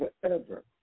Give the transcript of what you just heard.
forever